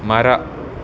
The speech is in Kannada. ಮರ